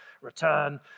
return